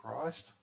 Christ